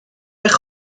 eich